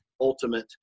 ultimate